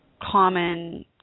common